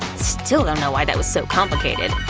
still dunno why that was so complicated.